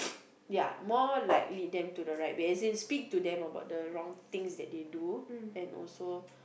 ya more like lead them to the right when as in speak to them about the wrong things that they do and also